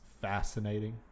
fascinating